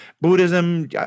Buddhism